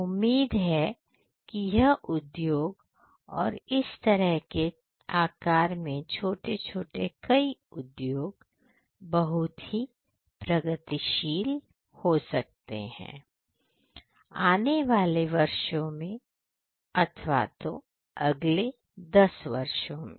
उम्मीद है कि यह उद्योग और इस तरह के आकार में छोटे छोटे कई उद्योग बहुत ही प्रगतिशील हो सकते हैं आने वाले वर्षों में अथवा दो अगले 10 वर्षों में